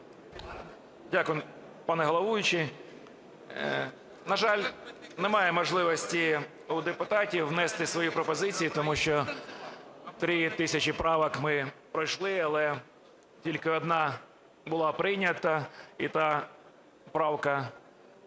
Дякую, пане головуючий. На жаль, немає можливості у депутатів внести свої пропозиції, тому що 3 тисячі правок ми пройшли, але тільки одна була прийнята, і та правка